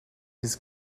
his